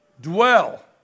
Dwell